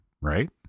Right